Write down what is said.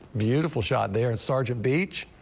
beautiful shot there. and sergeant beach.